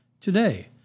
Today